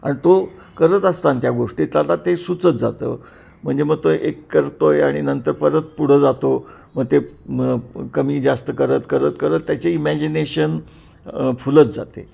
आणि तो करत असताना त्या गोष्टी त्याला ते सुचत जातं म्हणजे मग तो एक करतो आहे आणि नंतर परत पुढं जातो मग ते मग कमी जास्त करत करत करत त्याची इमॅजिनेशन फुलत जाते